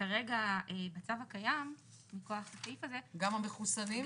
כרגע בצו הקיים מכוח הסעיף הזה --- גם המחוסנים והמחלימים.